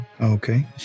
Okay